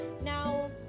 now